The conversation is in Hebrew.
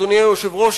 אדוני היושב-ראש,